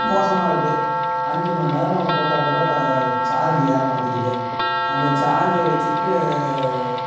மோசமாக இருக்குது அஞ்சு மணி நேரம் போட்டால் கூட சார்ஜு ஏற மாட்டேங்கிது அந்த சார்ஜை வச்சிக்கிட்டு